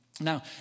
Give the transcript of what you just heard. Now